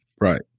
right